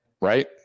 right